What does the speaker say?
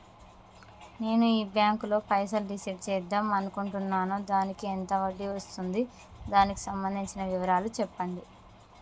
నేను ఈ బ్యాంకులో పైసలు డిసైడ్ చేద్దాం అనుకుంటున్నాను దానికి ఎంత వడ్డీ వస్తుంది దానికి సంబంధించిన వివరాలు చెప్పండి?